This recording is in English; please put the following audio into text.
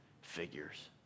figures